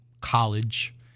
college